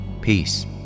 Peace